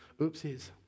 oopsies